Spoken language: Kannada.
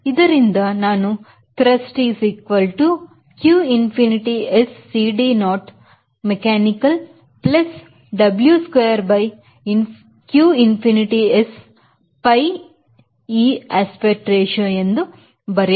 ಆದ್ದರಿಂದ ನಾನು Thrust q infinity S CD naught mechanical plus W square by q infinity S pi e aspect ratio ಎಂದು ಬರೆಯಬಹುದು